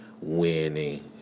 winning